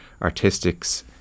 Artistics